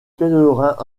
pèlerins